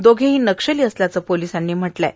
दोघेही नक्षली असल्याचे पोलिसांनी म्हटले आहे